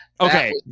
Okay